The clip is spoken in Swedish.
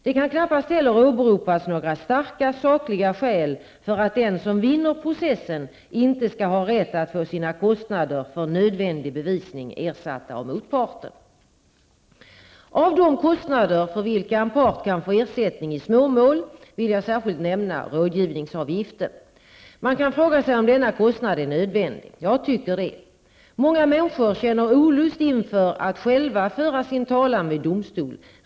Det kan knappast heller åberopas några starka sakliga skäl för att den som vinner processen inte skall ha rätt att få sina kostnader för nödvändig bevisning ersatta av motparten. Av de kostnader för vilka en part kan få ersättning i småmål vill jag särskilt nämna rådgivningsavgiften. Man kan fråga sig om denna kostnad är nödvändig. Jag tycker det. Många människor känner olust inför att själva föra sin talan vid domstol.